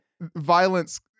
violence